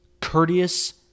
courteous